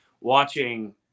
watching